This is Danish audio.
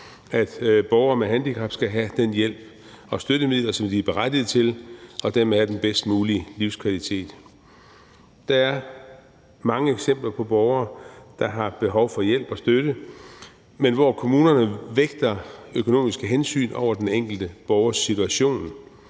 at borgere med handicap skal have den hjælp og de støttemidler, som de er berettiget til, og dermed have den bedst mulige livskvalitet. Der er mange eksempler på borgere, der har haft behov for hjælp og støtte, men hvor kommunerne vægter økonomiske hensyn over den enkelte borgers situation.